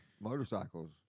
motorcycles